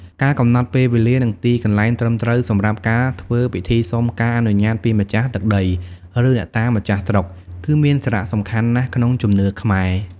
ការកំណត់ពេលវេលា និងទីកន្លែងត្រឹមត្រូវសម្រាប់ការធ្វើពិធីសុំការអនុញ្ញាតពីម្ចាស់ទឹកដី ឬអ្នកតាម្ចាស់ស្រុក គឺមានសារៈសំខាន់ណាស់ក្នុងជំនឿខ្មែរ។